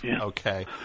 Okay